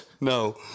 no